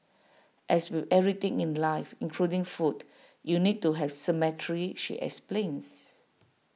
as with everything in life including food you need to have symmetry she explains